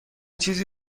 چیزی